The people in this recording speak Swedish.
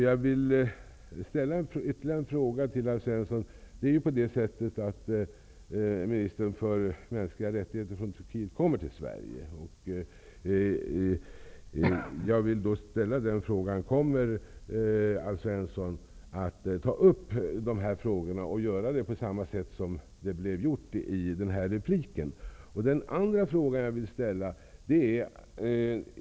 Jag vill ställa ytterligare en fråga till Alf Svensson. Ministern för mänskliga rättigheter från Turkiet kommer till Sverige. Kommer Alf Svensson då att ta upp dessa frågor, på samma sätt som sades i den senaste repliken?